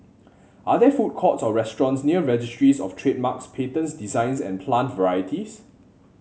are there food courts or restaurants near Registries Of Trademarks Patents Designs and Plant Varieties